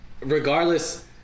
regardless